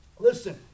Listen